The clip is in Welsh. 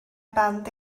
band